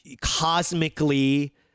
cosmically